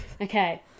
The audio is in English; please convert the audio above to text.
Okay